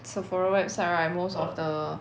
sephora website right most of the